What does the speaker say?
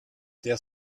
der